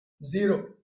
zero